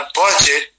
budget